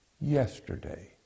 yesterday